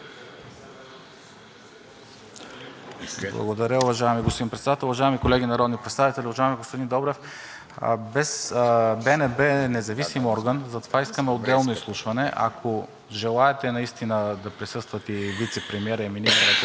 Благодаря, уважаеми господин Председател. Уважаеми колеги народни представители, уважаеми господин Добрев! БНБ е независим орган и затова искаме отделно изслушване. Ако желаете наистина да присъства и вицепремиерът и министърът,